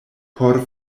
por